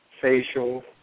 facial